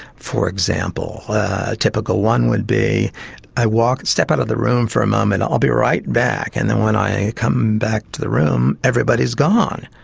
for example a typical one would be i step out of the room for a moment, i'll be right back, and then when i come back to the room everybody is gone.